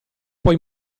poi